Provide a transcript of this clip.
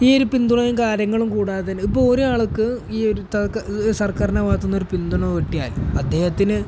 ഈയൊരു പിന്തുണയും കാര്യങ്ങളും കൂടാതെതന്നെ ഇപ്പോള് ഒരാൾക്ക് ഈയൊരു സർക്കാരിന്റെ ഭാഗത്തുനിന്ന് ഒരു പിന്തുണ കിട്ടിയാൽ അദ്ദേഹത്തിന്